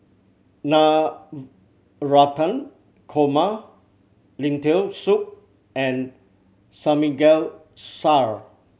Korma Lentil Soup and Samgyeopsal